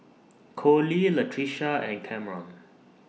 Colie Latricia and Cameron